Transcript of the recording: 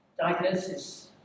diagnosis